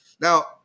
Now